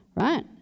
right